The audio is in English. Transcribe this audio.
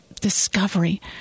discovery